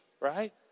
right